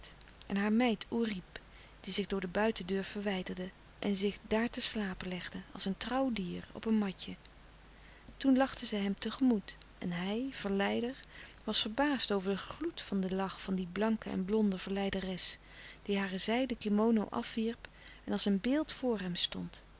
en haar meid oerip die zich door de buitendeur verwijderde en zich daar te slapen legde als een trouw dier op een matje toen lachte zij hem tegemoet en hij verleider was verbaasd over den louis couperus de stille kracht gloed van den lach van die blanke en blonde verleideres die hare zijden kimono afwierp en als een beeld voor hem stond